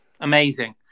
amazing